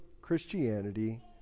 Christianity